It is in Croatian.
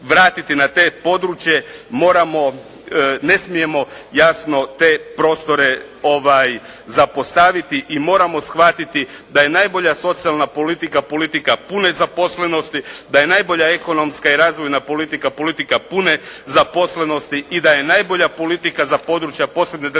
na to područje, ne smijemo te prostore zapostaviti i moramo shvatiti da je najbolja socijalna politika politika pune zaposlenosti, da je najbolja ekonomska i razvojna politika politika pune zaposlenosti i da je najbolja politika za područja posebne državne